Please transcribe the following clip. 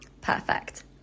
Perfect